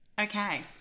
Okay